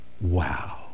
wow